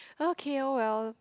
okay !oh well!